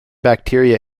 bacteria